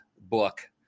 book